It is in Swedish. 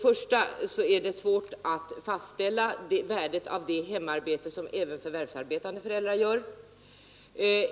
Det är också svårt att fastställa värdet av det hemarbete som förvärvsarbetande föräldrar utför.